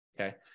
okay